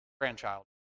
grandchild